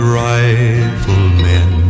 riflemen